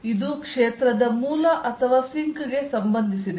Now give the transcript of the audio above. ಆದ್ದರಿಂದ ಇದು ಕ್ಷೇತ್ರದ ಮೂಲ ಅಥವಾ ಸಿಂಕ್ ಗೆ ಸಂಬಂಧಿಸಿದೆ